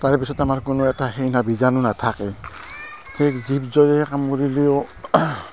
তাৰ পিছত আমাৰ কোনো এটা সেই বীজাণু নাথাকে ঠিক জীৱ কামোৰিলেও